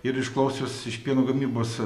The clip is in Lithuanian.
ir išklausius iš pieno gamybos